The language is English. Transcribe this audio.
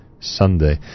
Sunday